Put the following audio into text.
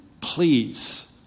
please